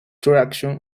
traction